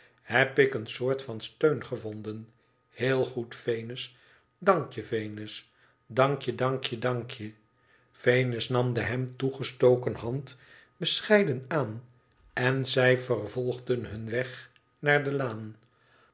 heb ik een soort van steun gevonden heel goed venus dankje venus dankje dankje dankje i venas nam de hem toegestoken hand bescheiden aan en zij vervolgden hun weg naar de laan